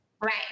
right